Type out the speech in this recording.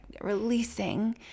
releasing